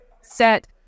set